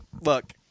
look